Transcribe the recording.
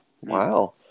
Wow